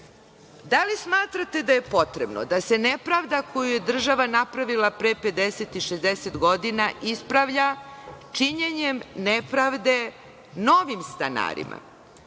Da li smatrate da je potrebno da se nepravda koju je država napravila pre 50 i 60 godina ispravlja činjenjem nepravde novim stanarima?